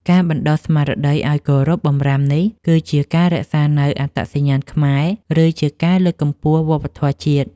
ការបណ្តុះស្មារតីឱ្យគោរពបម្រាមនេះ គឺជាការរក្សានូវអត្តសញ្ញាណខ្មែរ ឬជាការលើកកម្ពស់វប្បធម៌ជាតិ។